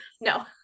No